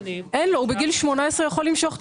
בגיל 18 הוא ימשוך את